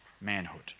manhood